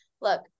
look